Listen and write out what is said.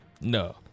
No